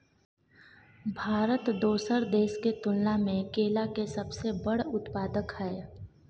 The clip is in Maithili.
भारत दोसर देश के तुलना में केला के सबसे बड़ उत्पादक हय